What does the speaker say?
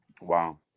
Wow